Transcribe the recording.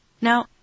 Now